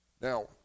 Now